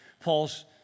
Paul's